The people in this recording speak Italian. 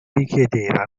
richiedeva